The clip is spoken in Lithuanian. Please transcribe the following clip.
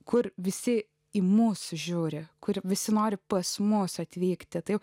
kur visi į mus žiūri kur visi nori pas mus atvykti taip